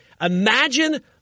Imagine